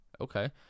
Okay